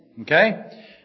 Okay